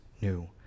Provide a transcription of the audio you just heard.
new